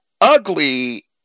ugly